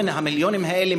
המיליונים האלה,